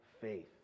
faith